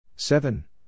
Seven